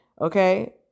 okay